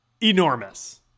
enormous